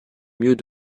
mieux